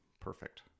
perfect